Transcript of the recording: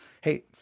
hey